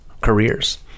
careers